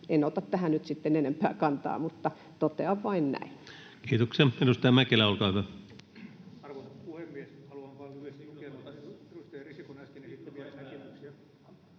En ota tähän nyt enempää kantaa, mutta totean vain näin. Kiitoksia. — Edustaja Mäkelä, olkaa hyvä.